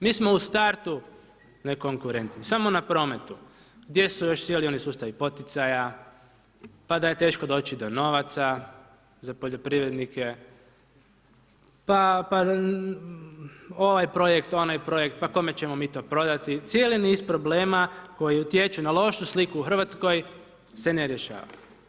Mi smo u startu nekonkurentni, samo na prometu, gdje su još cijeli oni sustavi poticaja, pa da je teško doći do novaca, za poljoprivrednike, pa ovaj projekt, onaj projekt pa kome ćemo mi to prodati, cijeli niz problema, koji utječu na lošu sliku u Hrvatskoj se ne rješava.